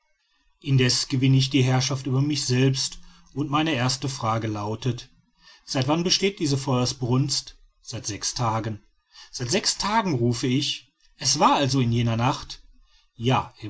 indessen gewinne ich die herrschaft über mich selbst und meine erste frage lautet seit wann besteht diese feuersbrunst seit sechs tagen seit sechs tagen rufe ich es war also in jener nacht ja